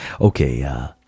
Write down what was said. okay